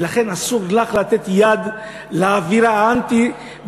ולכן אסור לך לתת יד לאווירה האנטי-בתי-הדין,